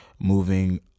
moving